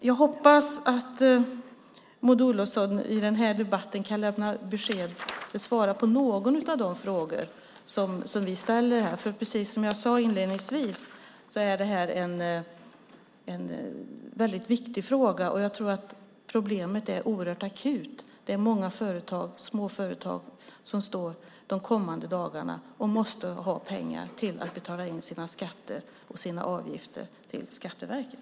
Jag hoppas att Maud Olofsson i denna debatt kan svara på någon av de frågor som vi har ställt. Precis som jag sade inledningsvis är detta en viktig fråga. Jag tror att problemet är oerhört akut. Det är många småföretag som de kommande dagarna måste ha pengar till att betala in sina skatter och avgifter till Skatteverket.